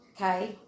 okay